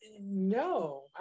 no